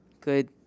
Good